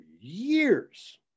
years